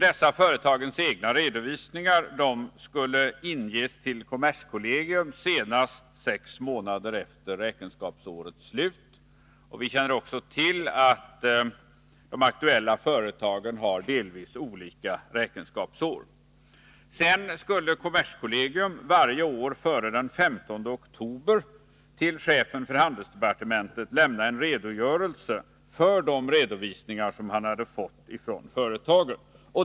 Dessa företagens egna redovisningar skulle inges till kommerskollegium senast sex månader efter räkenskapsårets slut. Vi känner också till att de aktuella företagen har delvis olika räkenskapsår. Sedan skulle kommerskollegium varje år före den 15 oktober till chefen för handelsdepartementet lämna en redogörelse för de redovisningar som man hade fått från företagen.